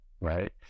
Right